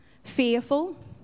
Fearful